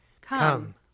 Come